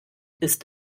ist